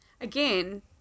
again